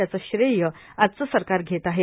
त्याचं श्रेय आजचं सरकार घेत आहे